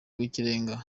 rw’ikirenga